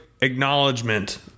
acknowledgement